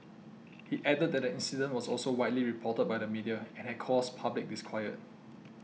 he added that the incident was also widely reported by the media and had caused public disquiet